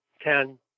ten